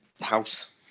house